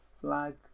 Flag